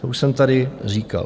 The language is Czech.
To už jsem tady říkal.